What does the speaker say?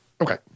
Okay